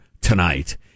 tonight